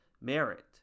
merit